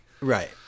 Right